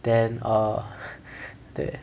then err then